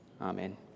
Amen